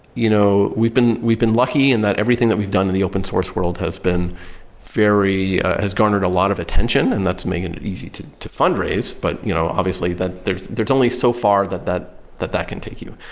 you know we've been we've been lucky and that everything that we've done in the open source world has been very has garnered a lot of attention and that's making it easy to to fundraise. but you know obviously, there's there's only so far that that that can take you.